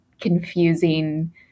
confusing